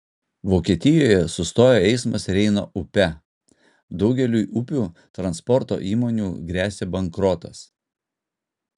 vokietijoje sustojo eismas reino upe daugeliui upių transporto įmonių gresia bankrotas